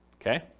okay